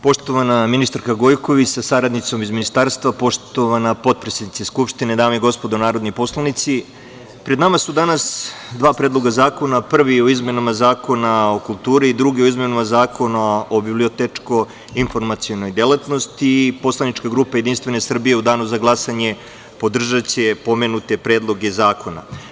Poštovana ministarko Gojković sa saradnicom iz Ministarstva, poštovana potpredsednice Skupštine, dame i gospodo narodni poslanici, pred nama su danas dva predloga zakona, prvi o izmenama Zakona o kulturi i drugi o izmenama Zakona o bibliotečko-informacionoj delatnosti i poslanička grupa Jedinstvene Srbije u danu za glasanje podržaće pomenute predloge zakona.